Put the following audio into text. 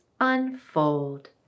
unfold